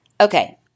Okay